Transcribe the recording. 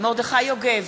מרדכי יוגב,